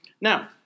Now